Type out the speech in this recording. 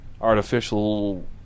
Artificial